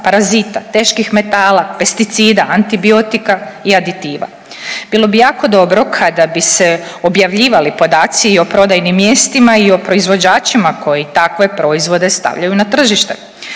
parazita, teških metala, pesticida, antibiotika i aditiva. Bilo bi jako dobro kada bi se objavljivali podaci i o prodajnim mjestima i o proizvođačima koji takve proizvode stavljaju na tržište.